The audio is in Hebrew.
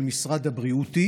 של משרד הבריאות,